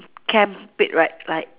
can't pick right like